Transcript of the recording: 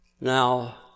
Now